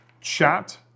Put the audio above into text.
chat